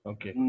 Okay